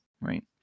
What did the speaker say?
right